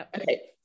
Okay